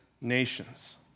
nations